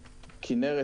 כנרת,